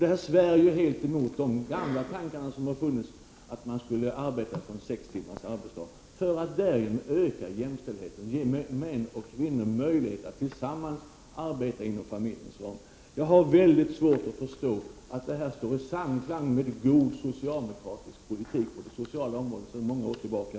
Det här svär ju helt mot de gamla tankarna att man skulle verka för sex timmars arbetsdag, för att därigenom öka jämställdheten, ge män och kvinnor möjlighet att tillsammans arbeta inom familjens ram. Jag har mycket svårt att förstå att detta står i samklang med god socialdemokratisk politik på det sociala området sedan många år tillbaka.